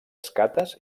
escates